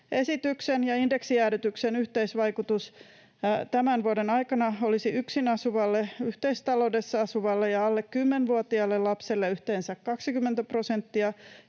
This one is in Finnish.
Esityksen ja indeksijäädytyksen yhteisvaikutus tämän vuoden aikana olisi yksin asuvalle, yhteistaloudessa asuvalle ja alle 10-vuotiaalle lapselle yhteensä 20 prosenttia